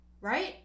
Right